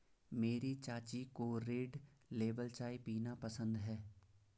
मेरी चाची को रेड लेबल चाय पीना पसंद है